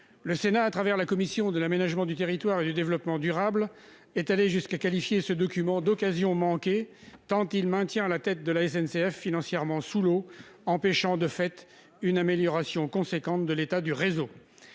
Le Sénat, par la voix de sa commission de l'aménagement du territoire et du développement durable, est allé jusqu'à qualifier ce document d'« occasion manquée », tant il maintient la tête de la SNCF financièrement sous l'eau, empêchant de fait une amélioration significative de l'état du réseau.